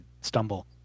stumble